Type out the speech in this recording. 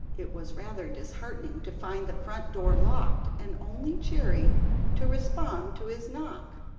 it was rather disheartening to find the front door locked and only cherry to respond to his knock.